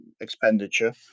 expenditure